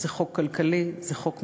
זה חוק כלכלי, זה חוק מוסרי,